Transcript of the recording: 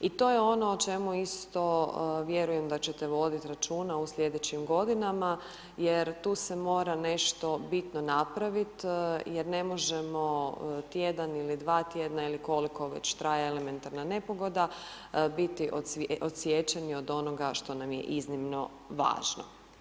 I to je ono o čemu isto vjerujem da ćete voditi računa u sljedećim godinama jer tu se mora nešto bitno napraviti jer ne može tjedan ili dva tjedna, ili koliko već traje elementarna nepogoda, biti odsječeni od onoga što nam je iznimno važno.